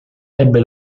ebbe